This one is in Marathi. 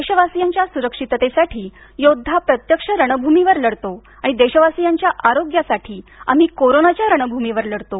देशवासीयांच्या सुरक्षिततेसाठी योद्धा प्रत्यक्ष रणभूमीवर लढतो आणि देशवासीयांच्या आरोग्यासाठी आम्ही कोरोनाच्या रणभूमीवर लढतो